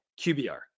QBR